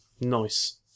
Nice